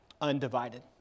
undivided